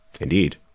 indeed